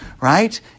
right